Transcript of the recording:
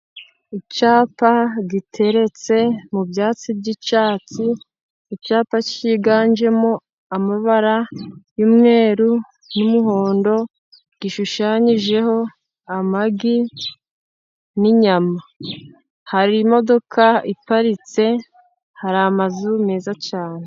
Icyapa giteretse mu byatsi by'icyatsi, icyapa cyiganjemo amabara y'umweru n'umuhondo, gishushanyijeho amagi n'inyama, hari imodoka iparitse, hari amazu meza cyane.